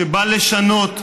שבא לשנות ומשנה,